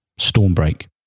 Stormbreak